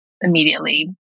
immediately